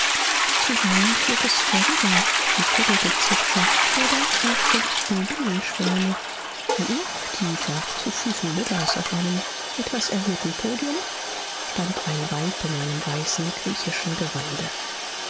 zuweilen flog es vorüber wie vogelgezwitscher oder als summten bienenschwärme und noch tiefer zu füßen buddhas auf einem etwas erhöhten podium stand ein weib in einem weißen griechischen gewande